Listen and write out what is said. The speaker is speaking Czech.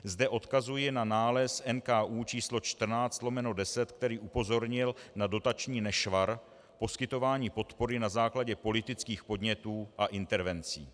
Zde odkazuji na nález NKÚ č. 14/10, který upozornil na dotační nešvar poskytování podpory na základě politických podnětů a intervencí.